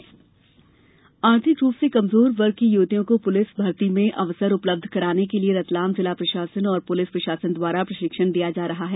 महिला पुलिस प्रशिक्षण आर्थिक रूप से कमजोर वर्ग की युवतियों को पुलिस भर्ती मे अवसर उपलब्ध कराने के लिए रतलाम जिला प्रशासन और पुलिस प्रशासन द्वारा प्रशिक्षण दिया जा रहा है